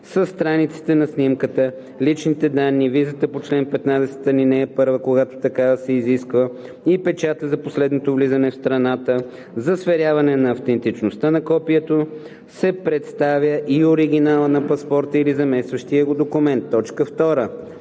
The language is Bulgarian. страниците на снимката, личните данни, визата по чл. 15, ал. 1, когато такава се изисква, и печата за последното влизане в страната; за сверяване на автентичността на копието се представя и оригиналът на паспорта или заместващия го документ; 2.